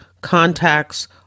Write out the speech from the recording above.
contacts